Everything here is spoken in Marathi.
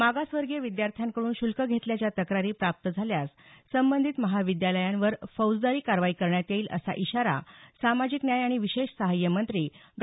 मागासवर्गीय विद्यार्थ्यांकडून शुल्क घेतल्याच्या तक्रारी प्राप्त झाल्यास संबंधित महाविद्यालयावर फौजदारी कारवाई करण्यात येईल असा इशारा सामाजिक न्याय आणि विशेष सहाय मंत्री डॉ